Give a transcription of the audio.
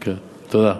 תודה.